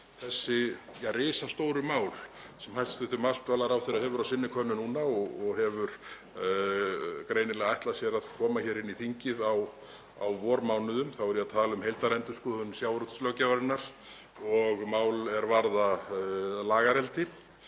þessi risastóru mál sem hæstv. matvælaráðherra hefur á sinni könnu núna og hefur greinilega ætlað sér að koma inn í þingið á vormánuðum. Þá er ég að tala um heildarendurskoðun sjávarútvegslöggjafarinnar og mál er varða lagareldi,